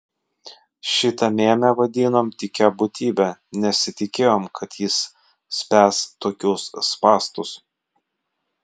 šitą mėmę vadinom tykia būtybe nesitikėjom kad jis spęs tokius spąstus